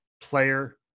player